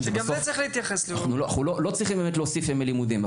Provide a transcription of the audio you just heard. אנחנו לא צריכים להוסיף ימי לימודים,